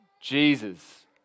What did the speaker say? Jesus